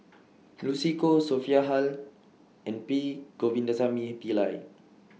Lucy Koh Sophia Hull and P Govindasamy Pillai